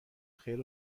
خیر